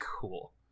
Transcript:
Cool